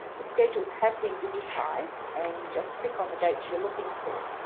the schedules had been digitized and you just click on the dates you're looking for.